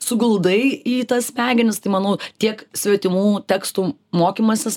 suguldai į tas smegenis tai manau tiek svetimų tekstų mokymasis